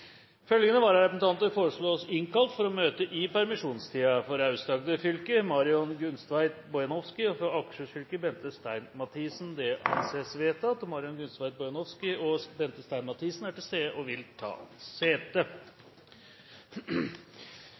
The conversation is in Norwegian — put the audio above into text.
Følgende vararepresentanter innkalles for å møte i permisjonstiden: For Aust-Agder fylke: Marion Gunstveit Bojanowski For Akershus fylke: Bente Stein Mathisen Marion Gunstveit Bojanowski og Bente Stein Mathisen er til stede og vil ta sete.